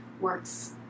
works